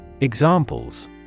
Examples